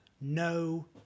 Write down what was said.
no